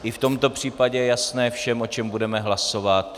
I v tomto případě je jasné všem, o čem budeme hlasovat?